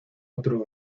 otro